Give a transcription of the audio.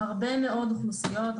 הרבה מאוד אוכלוסיות,